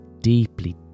deeply